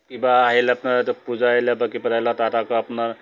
কিবা আহিলে আপোনাৰ পূজা আহিলে বা কিবা এটা আহিলে তাত আকৌ আপোনাৰ